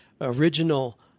original